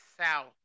south